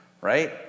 right